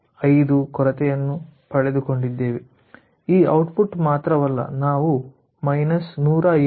5 ಕೊರತೆಯನ್ನು ಪಡೆದುಕೊಂಡಿದ್ದೇವೆ ಆ ಔಟ್ಪುಟ್ ಮಾತ್ರವಲ್ಲ ನಾವು 107